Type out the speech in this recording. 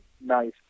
nice